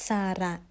Sara